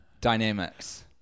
Dynamics